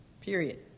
Period